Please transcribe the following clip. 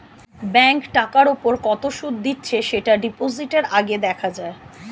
bank টাকার উপর কত সুদ দিচ্ছে সেটা ডিপোজিটের আগে দেখা যায়